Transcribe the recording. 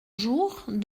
jours